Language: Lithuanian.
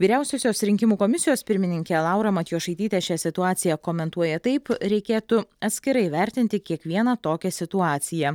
vyriausiosios rinkimų komisijos pirmininkė laura matjošaitytė šią situaciją komentuoja taip reikėtų atskirai vertinti kiekvieną tokią situaciją